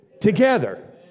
together